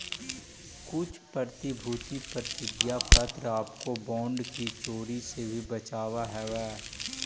कुछ प्रतिभूति प्रतिज्ञा पत्र आपको बॉन्ड की चोरी से भी बचावअ हवअ